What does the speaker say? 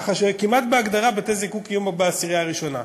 ככה שכמעט בהגדרה בתי-זיקוק יהיו בעשירייה הראשונה.